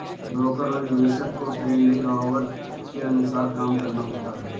broker और निवेशक को ट्रेडिंग ऑवर के अनुसार काम करना होता है